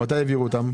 מתי העבירו אותן?